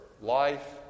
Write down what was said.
life